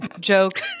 joke